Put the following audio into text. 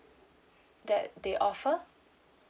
that they offer